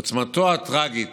עוצמתו הטרגית